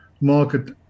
market